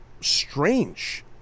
strange